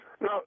No